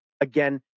again